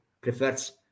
prefers